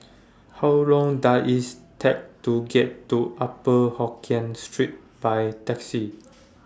How Long Does IT Take to get to Upper Hokkien Street By Taxi